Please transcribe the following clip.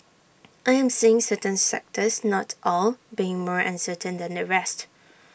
I am seeing certain sectors not all being more uncertain than the rest